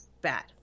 Bad